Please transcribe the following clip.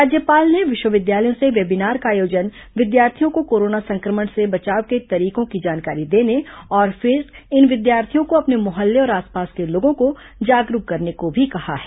राज्यपाल ने विश्वविद्यालयों से वेबिनार का आयोजन विद्यार्थियों को कोरोना संक्रमण से बचाव के तरीकों की जानकारी देने और फिर इन विद्यार्थियों को अपने मोहल्ले और आसपास के लोगों को जागरूक करने को भी कहा है